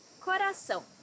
Coração